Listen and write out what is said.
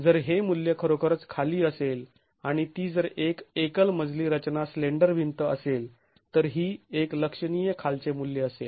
जर हे मूल्य खरोखरच खाली असेल आणि ती जर एक एकल मजली रचना स्लेंडर भिंत असेल ती ही एक लक्षणीय खालचे मूल्य असेल